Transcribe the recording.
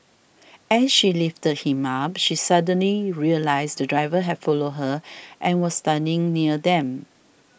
as she lifted him up she suddenly realised the driver had followed her and was standing near them